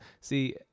See